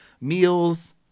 meals